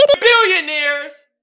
billionaires